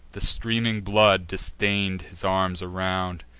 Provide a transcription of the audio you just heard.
the streaming blood distain'd his arms around,